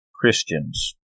Christians